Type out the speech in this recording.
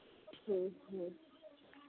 ᱦᱮᱸ ᱦᱮᱸ